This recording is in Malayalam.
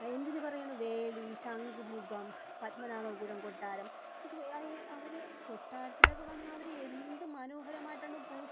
എന്തിന് പറയണം വേളി ശംഘുമുഖം പത്മനാഭപുരം കൊട്ടാരം ഇത് എ അ അവർ കൊട്ടാരത്തിലൊക്കെ വന്നാൽ അവർ എന്ത് മനോഹരമായിട്ടാണ് പൂ